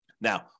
Now